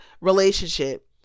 relationship